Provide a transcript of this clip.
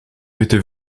était